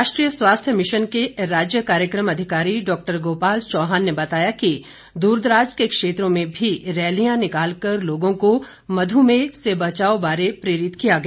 राष्ट्रीय स्वास्थ्य मिशन के राज्य कार्यक्रम अधिकारी डॉक्टर गोपाल चौहान ने बताया कि दूरदराज के क्षेत्रों में भी रैलियां निकाल कर लोगों को मध्यमेह से बचाव बारे प्रेरित किया गया